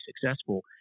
successful